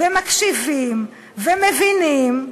מקשיבים ומבינים,